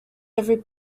every